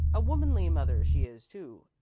a womanly mother she is, too,